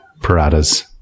Paradas